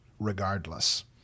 regardless